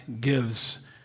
gives